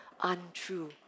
untrue